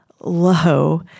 low